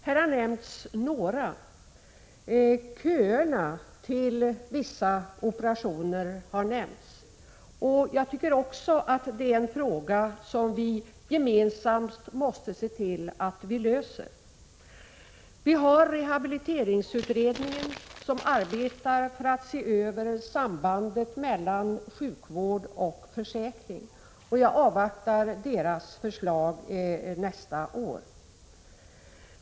Här har nämnts några, t.ex. köerna till vissa operationer, och jag tycker också att det är en fråga som vi gemensamt måste se till att lösa. Vi har rehabiliteringsutredningen som arbetar för att se över sambandet mellan sjukvård och försäkring, och jag avvaktar dess förslag nästa år.